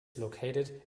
located